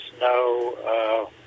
no